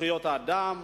זכויות האדם.